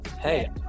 Hey